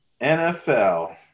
NFL